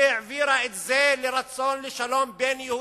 והעבירה את זה לרצון לשלום בין יהודים.